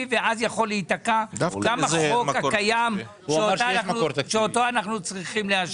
ואז יכול להיתקע גם החוק הקיים שאותו אנחנו צריכים לאשר,